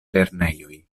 lernejoj